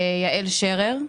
יעל שרר,